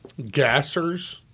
gassers